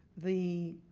the